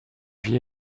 vit